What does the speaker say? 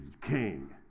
king